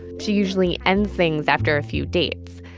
she usually ends things after a few dates.